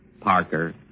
Parker